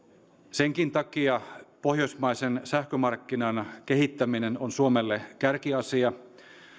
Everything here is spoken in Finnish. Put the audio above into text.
senkin takia pohjoismaisen sähkömarkkinan kehittäminen on suomelle kärkiasia